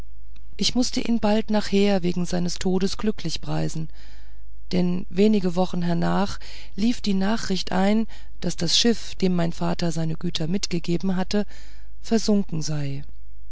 ich mußte ihn bald nachher wegen seines todes glücklich preisen denn wenige wochen hernach lief die nachricht ein daß das schiff dem mein vater seine güter mitgegeben hatte versunken sei